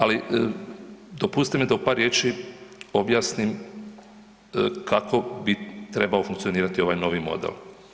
Ali dopustite mi da u par riječi objasnim kako bi trebao funkcionirati ovaj novi model.